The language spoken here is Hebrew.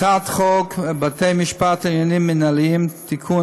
הצעת חוק בתי-משפט לעניינים מינהליים (תיקון,